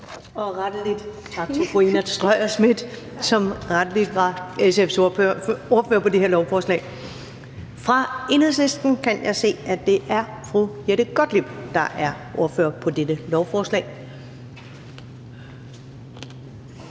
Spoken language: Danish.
Ellemann): Tak til fru Ina Strøjer-Schmidt, som rettelig er SF's ordfører på det her lovforslag. For Enhedslisten kan jeg se at det er fru Jette Gottlieb der er ordfører på dette lovforslag.